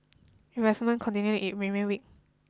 investment continue it remain weak